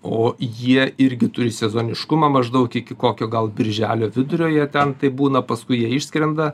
o jie irgi turi sezoniškumą maždaug iki kokio gal birželio vidurio jie ten taip būna paskui jie išskrenda